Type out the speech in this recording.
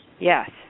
Yes